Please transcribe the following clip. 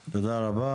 אוקיי, תודה רבה.